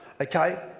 okay